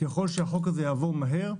ככל שהחוק הזה יעבור מהר,